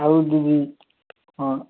ଆଉ ହଁ